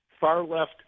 far-left